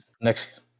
Next